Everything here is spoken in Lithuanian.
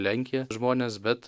lenkiją žmones bet